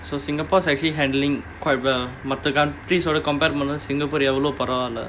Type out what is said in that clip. so singapore's actually handling quite well மத்த:matha countries ஓட:oda compare பண்ணும்போது:panumpothu singapore எவ்ளோ பரவால்ல:evlo paravaalla